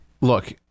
Look